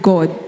God